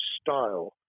style